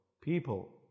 people